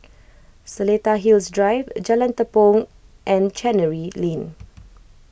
Seletar Hills Drive Jalan Tepong and Chancery Lane